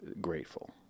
grateful